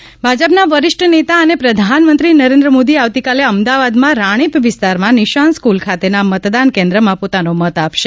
મતદાન ભાજપના વરિષ્ઠ નેતા અને પ્રધાનમંત્રી નરેન્દ્ર મોદી આવતીકાલે અમદાવાદમાં રાણીપ વિસ્તારમાં નિશાન સ્કુલ ખાતેના મતદાન કેન્દ્રમાં પોતાનો મત આપશે